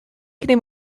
taken